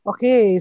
Okay